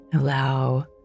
Allow